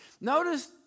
Notice